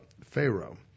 Pharaoh